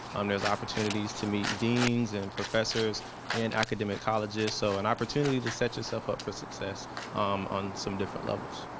um there's opportunities to meet deans and professors in and academic colleges so an opportunity to set yourself up for success on some different levels.